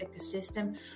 ecosystem